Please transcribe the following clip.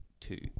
two